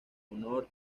honor